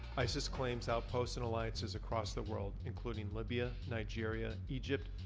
isis claims outposts and alliances across the world, including libya, nigeria, egypt,